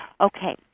Okay